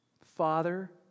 Father